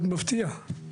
מאוד מפתיע.